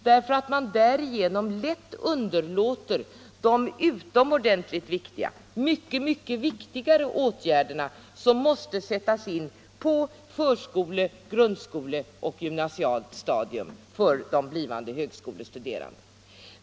Därigenom underlåter man nämligen de utomordentligt mycket viktigare åtgärder som måste sättas in på förskole-, grundskoleoch gymnasiestadiet för de blivande högskolestuderandena.